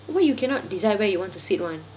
why you cannot decide where you want to sit [one]